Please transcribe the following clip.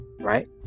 right